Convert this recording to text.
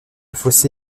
fossé